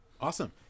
Awesome